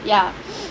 ya